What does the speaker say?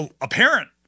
apparent